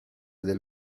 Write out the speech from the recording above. del